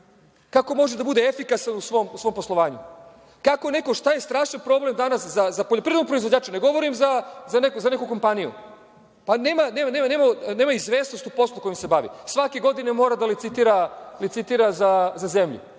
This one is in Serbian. Kako može da bude efikasan u svom poslovanju? Šta je strašan problem danas za poljoprivrednog proizvođača, ne govorim za neku kompaniju? Nema izvesnost u poslu kojim se bavi. Svake godine mora da licitira za zemlju.